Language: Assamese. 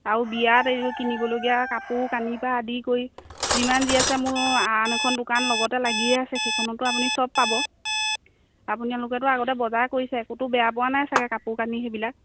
আৰু বিয়াত এইযো কিনিবলগীয়া কাপোৰ কানি পা আদি কৰি যিমান যি আছে মোৰ আন এখন দোকান লগতে লাগিয়ে আছে সেইখনতো আপুনি চব পাব আপোনালোকেতো আগতে বজাৰ কৰিছে ক'তো বেয়া পোৱা নাই চাগে কাপোৰ কানি সেইবিলাক